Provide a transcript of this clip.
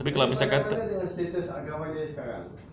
tapi misal kata